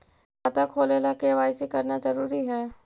खाता खोले ला के दवाई सी करना जरूरी है?